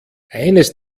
eines